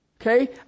Okay